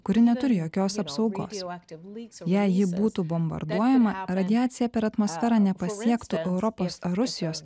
kuri neturi jokios apsaugos jei ji būtų bombarduojama radiacija per atmosferą nepasiektų europos ar rusijos